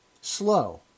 slow